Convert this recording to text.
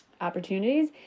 opportunities